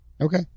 Okay